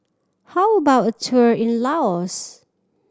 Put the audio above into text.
how about a tour in Laos